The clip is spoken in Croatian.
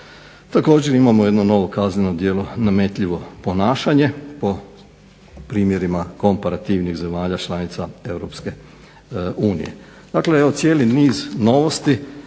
Također imamo jedno novo kazneno djelo nametljivo ponašanje po primjerima komparativnih zemalja članica Europske unije. Dakle, evo cijeli niz novosti